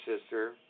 sister